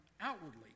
outwardly